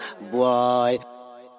boy